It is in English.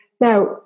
now